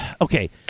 Okay